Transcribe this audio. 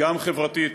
גם חברתית,